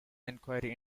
enquiry